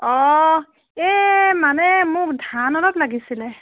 অ এই মানে মোক ধান অলপ লাগিছিলে